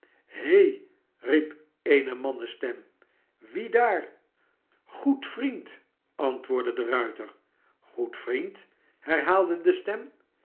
he riep eene mannenstem wie daar goed vriend antwoordde de ruiter goed vriend herhaalde de stem